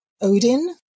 Odin